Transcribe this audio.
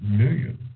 million